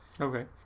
Okay